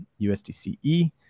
USDCE